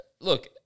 look